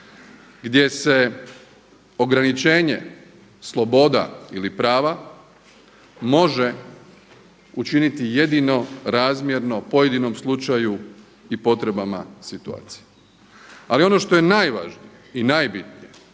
gdje se ograničenje sloboda ili prava može učiniti jedino razmjerno pojedinom slučaju i potrebama situacije. Ali ono što je najvažnije i najbitnije